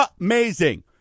Amazing